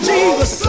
Jesus